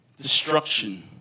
destruction